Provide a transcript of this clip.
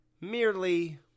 merely